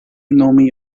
nomi